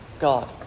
God